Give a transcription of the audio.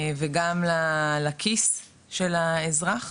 וגם לכיס של האזרח.